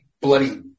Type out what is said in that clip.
bloody